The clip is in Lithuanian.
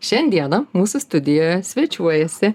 šiandieną mūsų studijoje svečiuojasi